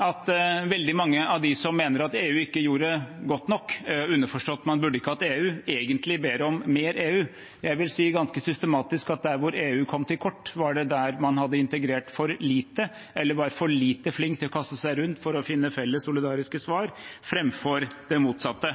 at veldig mange av de som mener at EU ikke gjorde det godt nok – underforstått, man burde ikke hatt EU – egentlig ber om mer EU. Jeg vil si at der EU kom til kort, var det ganske systematisk der man hadde integrert for lite, eller var for lite flinke til å kaste seg rundt for å finne felles solidariske svar framfor det motsatte.